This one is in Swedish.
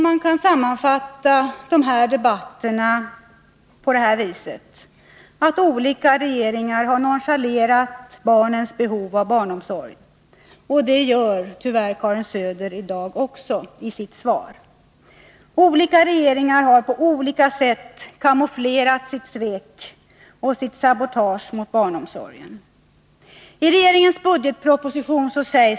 Man kan sammanfatta debatterna på följande sätt: Olika regeringar har nonchalerat barnens behov av barnomsorg. Det gör tyvärr Karin Söder i dag också i sitt svar. Olika regeringar har på olika sätt kamouflerat sitt svek och sitt sabotage mot barnomsorgen. I budgetpropositionens bil.